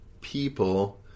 people